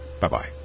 Bye-bye